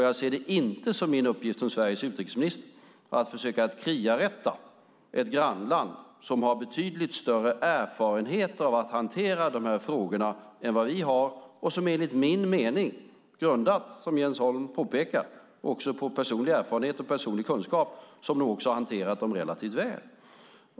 Jag ser det inte som min uppgift som Sveriges utrikesminister att försöka kriarätta ett grannland som har betydligt större erfarenhet av att hantera de här frågorna än vi och som enligt min mening - grundat, som Jens Holm påpekar, även på personlig erfarenhet och kunskap - hanterar dem relativt väl.